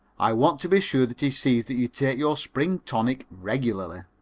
i want to be sure that he sees that you take your spring tonic regularly.